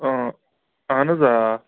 اَہن حظ آ